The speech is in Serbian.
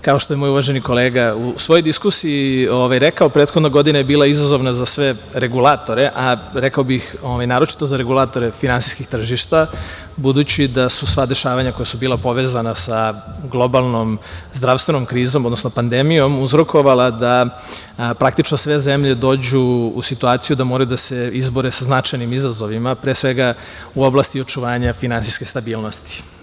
Kao što je moj uvaženi kolega u svojoj diskusiji rekao, prethodna godina je bila izazovna za sve regulatore, a rekao bih naročito za regulatore finansijskih tržišta, budući da su sva dešavanja koja su bila povezana sa globalnom zdravstvenom krizom, odnosno pandemijom, uzrokovala da praktično sve zemlje dođu u situaciju da moraju da se izbore sa značajnim izazovima, pre svega u oblasti očuvanja finansijske stabilnosti.